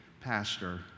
pastor